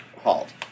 halt